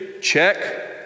check